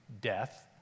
death